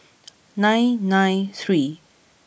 nine nine three